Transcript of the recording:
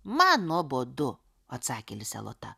man nuobodu atsakė lisė lota